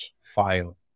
file